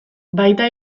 baita